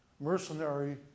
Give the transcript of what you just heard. mercenary